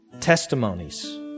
testimonies